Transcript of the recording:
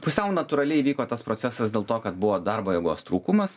pusiau natūraliai įvyko tas procesas dėl to kad buvo darbo jėgos trūkumas